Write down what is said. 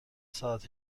ساعت